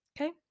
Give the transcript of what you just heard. Okay